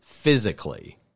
Physically